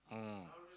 mm